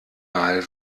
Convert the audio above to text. mal